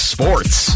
Sports